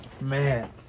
Man